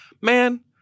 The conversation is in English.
man—